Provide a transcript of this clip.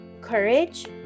courage